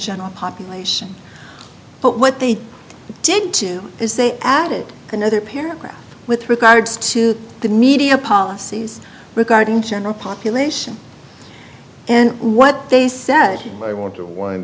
general population but what they did too is they added another paragraph with regards to the media policies regarding general population and what they said we want